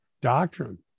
doctrine